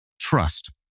trust